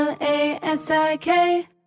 L-A-S-I-K